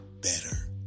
better